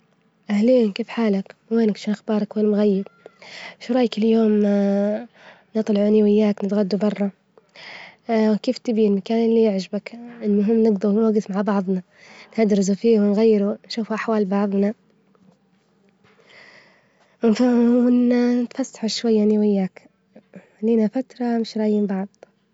أهلين، كيف حالك? وينك? شخبارك؟ وين مغيب? شورأيك اليوم نطلعوا إني وياك نتغدى برا? كيف تبي المكان إللي يعجبك? المهم نجدر نوجف مع بعظنا نهدرز فيه ونغيره، نشوف أحوال بعظنا نفتحه شوي أنا وياك، لينا فترة مش رايحين بعظ.